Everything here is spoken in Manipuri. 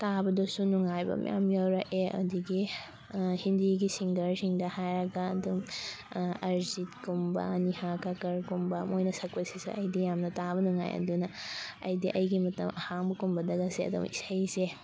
ꯇꯥꯕꯗꯁꯨ ꯅꯨꯡꯉꯥꯏꯕ ꯃꯌꯥꯝ ꯌꯥꯎꯔꯛꯑꯦ ꯑꯗꯒꯤ ꯍꯤꯟꯗꯤꯒꯤ ꯁꯤꯡꯒꯔꯁꯤꯡꯗ ꯍꯥꯏꯔꯒ ꯑꯗꯨꯝ ꯑꯥꯔꯤꯖꯤꯠꯀꯨꯝꯕ ꯅꯤꯍꯥ ꯀꯀꯔꯒꯨꯝꯕ ꯃꯣꯏꯅ ꯁꯛꯄꯁꯤꯁꯨ ꯑꯩꯗꯤ ꯌꯥꯝꯅ ꯇꯥꯕ ꯅꯨꯡꯉꯥꯏ ꯑꯗꯨꯅ ꯑꯩꯗꯤ ꯑꯩꯒꯤ ꯃꯇꯝ ꯑꯍꯥꯡꯕꯒꯨꯝꯕꯗꯒꯁꯦ ꯑꯗꯨꯝ ꯏꯁꯩꯁꯦ